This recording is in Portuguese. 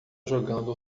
jogando